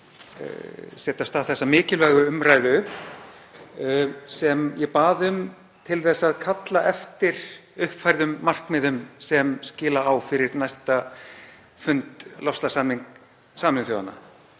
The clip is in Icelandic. setja af stað þessa mikilvægu umræðu sem ég bað um til að kalla eftir uppfærðum markmiðum sem skila á fyrir næsta fund loftslagssamnings